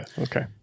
okay